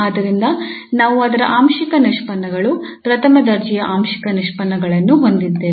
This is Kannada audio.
ಆದ್ದರಿಂದ ನಾವು ಅದರ ಆಂಶಿಕ ನಿಷ್ಪನ್ನಗಳು ಪ್ರಥಮ ದರ್ಜೆಯ ಆಂಶಿಕ ನಿಷ್ಪನ್ನಗಳನ್ನು ಹೊಂದಿದ್ದೇವೆ